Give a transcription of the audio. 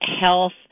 health